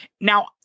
Now